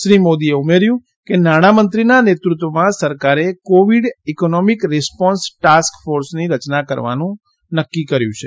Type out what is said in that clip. શ્રી મોદીએ ઉમેર્યું કે નાણાંમંત્રીના નેતૃત્વમાં સરકારે કોવિડ ઇકોનોમિક રીસ્પોન્સ ટાસ્ક ફોર્સની રચના કરવાનું નક્કી કર્યુ છે